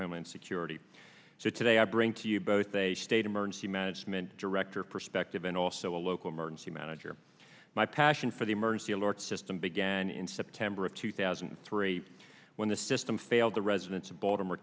homeland security so today i bring to you both a state emergency management director perspective and also a local emergency manager my passion for the emergency alert system began in september of two thousand and three when the system failed the residents of baltimore